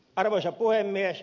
arvoisa puhemies